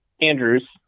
Andrews